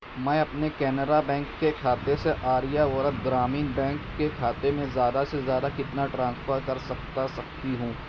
میں اپنے کینرا بینک کے خاتے سے آریہ ورت گرامین بینک کے خاتے میں زیادہ سے زیادہ کتنا ٹرانسفر کر سکتا سکتی ہوں